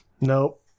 Nope